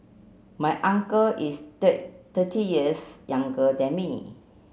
my uncle is thirty years younger than me